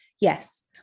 yes